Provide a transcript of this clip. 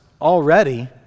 already